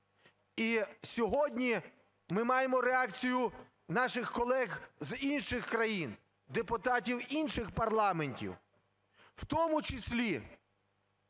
І сьогодні ми маємо реакцію наших колег з інших країн, депутатів інших парламентів, в тому числі,